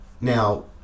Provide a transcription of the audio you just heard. Now